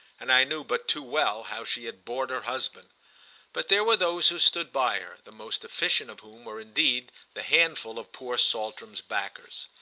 and i knew but too well how she had bored her husband but there were those who stood by her, the most efficient of whom were indeed the handful of poor saltram's backers.